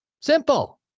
Simple